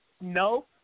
no